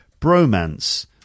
Bromance